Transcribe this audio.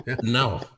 no